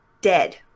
dead